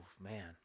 man